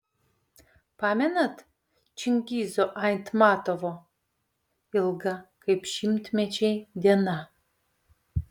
pamenat čingizo aitmatovo ilga kaip šimtmečiai diena